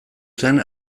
zen